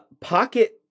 Pocket